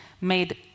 made